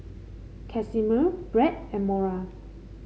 Casimir Bret and Mora